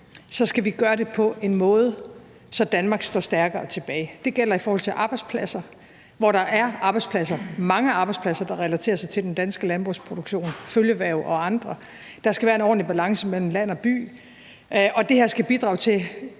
skal vi gøre det på en måde, hvor Danmark står stærkere tilbage. Det gælder i forhold til arbejdspladser, hvor der er arbejdspladser, mange arbejdspladser, der relaterer sig til den danske landbrugsproduktion, følgeerhverv og andet. Der skal være en ordentlig balance mellem land og by. Og det her skal bidrage til,